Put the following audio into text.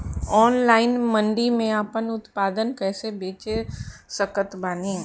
Online मंडी मे आपन उत्पादन कैसे बेच सकत बानी?